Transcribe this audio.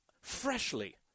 freshly